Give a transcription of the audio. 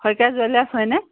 Saikia jewellers হয়নে